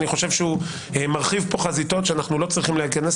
אני חושב שהוא מרחיב פה חזיתות שאנחנו לא צריכים להיכנס